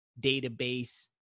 database